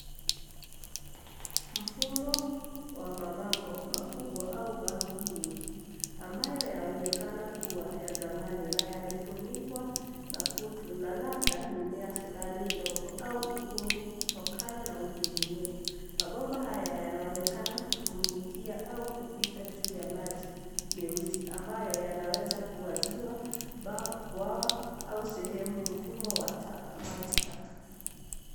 Mfumo wa mabomba, makubwa au (cs)valvu(cs) nyingi, ambayo yaonekana kuwa ya zamani na yamefunikwa na kutu, na labda mimea fulani ndogo au ukungu kutokana na unyevunyevu. Mabomba haya yanaonekana kutumbukia au kupita juu ya maji meusi, ambayo yanaweza kuwa ziwa, bwawa, au sehemu ya mfumo wa maji taka.